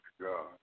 God